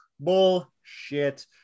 Bullshit